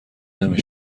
نمی